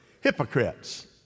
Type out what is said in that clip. Hypocrites